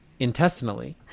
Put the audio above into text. intestinally